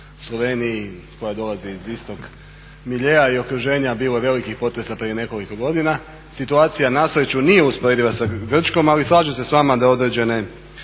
Sloveniji koja dolazi iz istog miljea i okruženja, bilo velikih poteza prije nekoliko godina. Situacija na sreću nije usporediva sa Grčkom, ali slažem se s vama da određene